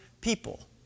people